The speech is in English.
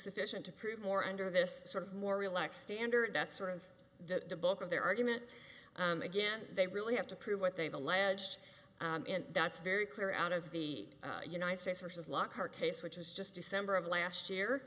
sufficient to prove more under this sort of more relaxed standard that's sort of the book of their argument again they really have to prove what they've alleged in that's very clear out of the united states versus lockhart case which was just december of last year